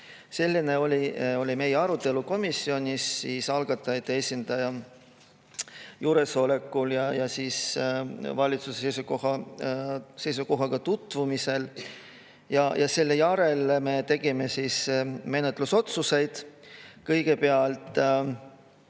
Selline oli meie arutelu komisjonis algatajate esindaja juuresolekul ja valitsuse seisukohaga tutvumisel. Selle järel tegime me menetlusotsused. Kõigepealt